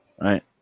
right